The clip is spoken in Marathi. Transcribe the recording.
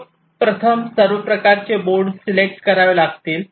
सर्वप्रथम सर्व प्रकारचे बोर्ड सिलेक्ट करावे लागतील